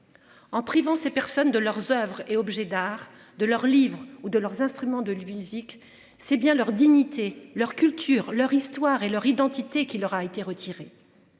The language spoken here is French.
En privant ces personnes de leurs Oeuvres et objets d'art de leurs livres ou de leurs instruments de l'Unédic, c'est bien leur dignité, leur culture, leur histoire et leur identité qui leur a été retirée.